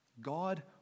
God